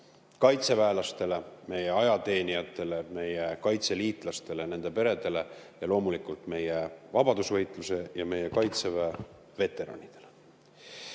kaitseväelastele, meie ajateenijatele, meie kaitseliitlastele, nende peredele ja loomulikult meie vabadusvõitluse ja meie Kaitseväe veteranidele.